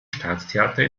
staatstheater